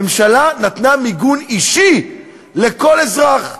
הממשלה נתנה מיגון אישי לכל אזרח.